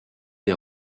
les